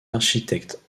architectes